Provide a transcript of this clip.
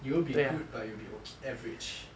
you won't be good but you will be okay average